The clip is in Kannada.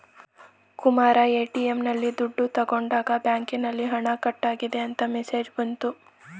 ಕುಮಾರ ಎ.ಟಿ.ಎಂ ನಲ್ಲಿ ದುಡ್ಡು ತಗೊಂಡಾಗ ಬ್ಯಾಂಕಿನಲ್ಲಿ ಹಣ ಕಟ್ಟಾಗಿದೆ ಅಂತ ಮೆಸೇಜ್ ಬಂತು